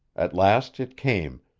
at last it came,